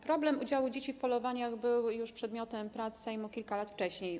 Problem udziału dzieci w polowaniach był już przedmiotem prac Sejmu kilka lat wcześniej.